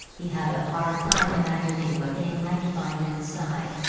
he had a hard time imagining what they might find inside.